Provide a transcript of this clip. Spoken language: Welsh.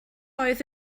oedd